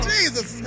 Jesus